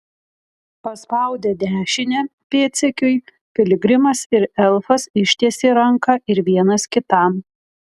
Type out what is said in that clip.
paspaudę dešinę pėdsekiui piligrimas ir elfas ištiesė ranką ir vienas kitam